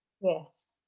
Yes